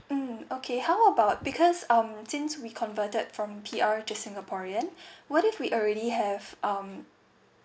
mm okay however about because um since we converted from P_R to singaporen would it be already have um